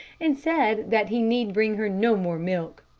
and said that he need bring her no more milk.